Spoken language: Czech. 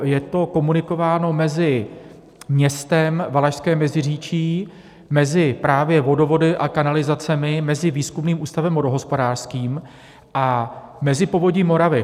Je to komunikováno mezi městem Valašské Meziříčí, mezi Vodovody a kanalizacemi, mezi Výzkumným ústavem vodohospodářským a mezi Povodím Moravy.